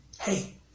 hey